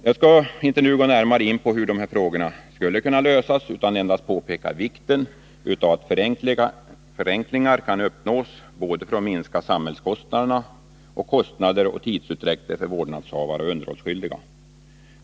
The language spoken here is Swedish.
Jag skall inte nu gå närmare in på hur frågorna skulle kunna lösas utan endast påpeka vikten av att förenklingar kan uppnås för att minska både samhällets kostnader och kostnader och tidsutdräkter för vårdnadshavare och underhållsskyldiga.